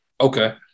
Okay